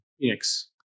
Phoenix